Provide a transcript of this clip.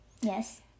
Yes